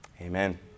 Amen